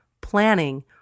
planning